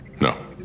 No